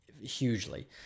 Hugely